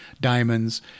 diamonds